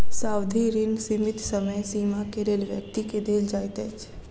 सावधि ऋण सीमित समय सीमा के लेल व्यक्ति के देल जाइत अछि